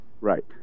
Right